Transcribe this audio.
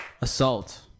Assault